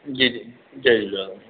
जी जी जय झूलेलाल